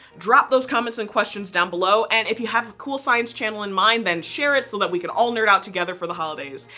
drop those comments and questions below and if you have a cool science channel in mind then share it so but we can all nerd out together for the holidays.